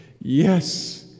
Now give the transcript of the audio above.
Yes